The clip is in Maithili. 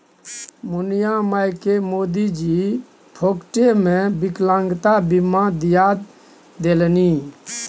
मुनिया मायकेँ मोदीजी फोकटेमे विकलांगता बीमा दिआ देलनि